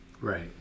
Right